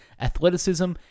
athleticism